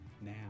now